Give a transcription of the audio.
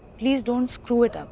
please don't screw it up.